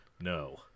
No